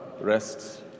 rests